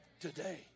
today